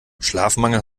schlafmangel